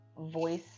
voice